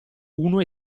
uno